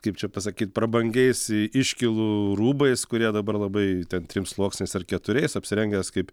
kaip čia pasakyt prabangiais iškylų rūbais kurie dabar labai ten trim sluoksniais ar keturiais apsirengęs kaip